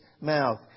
mouth